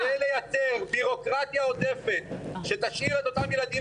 כדי לייצר בירוקרטיה עודפת שתשאיר את אותם ילדים